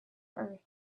earth